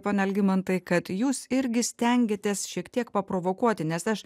pone algimantai kad jūs irgi stengiatės šiek tiek paprovokuoti nes aš